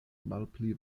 malpli